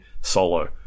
solo